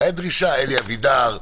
הייתה דרישה מאלי אבידר,